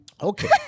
Okay